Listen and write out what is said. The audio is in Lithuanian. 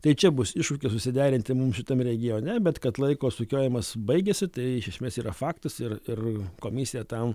tai čia bus iššūkis susiderinti mums šitam regione bet kad laiko sukiojimas baigėsi tai iš esmės yra faktas ir ir komisija tam